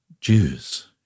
Jews